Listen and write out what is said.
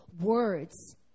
words